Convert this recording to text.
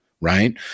right